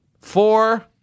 four